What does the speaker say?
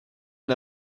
and